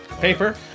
paper